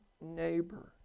neighbor